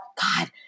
God